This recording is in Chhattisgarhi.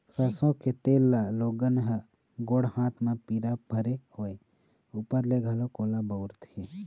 सरसो के तेल ल लोगन ह गोड़ हाथ म पीरा भरे होय ऊपर ले घलोक ओला बउरथे